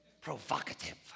provocative